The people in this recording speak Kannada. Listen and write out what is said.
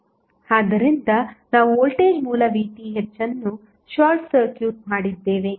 ಆದ್ದರಿಂದ ನಾವು ವೋಲ್ಟೇಜ್ ಮೂಲ Vth ಅನ್ನು ಶಾರ್ಟ್ ಸರ್ಕ್ಯೂಟ್ ಮಾಡಿದ್ದೇವೆ